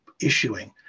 issuing